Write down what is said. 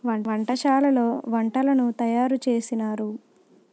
వంటశాలలో వంటలను తయారు చేసినారు